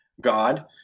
God